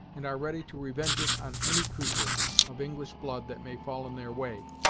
and are ready to revenge it on any creatur' of english blood that may fall in their way.